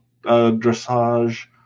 dressage